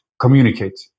communicate